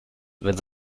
wenn